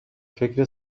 فکر